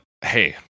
hey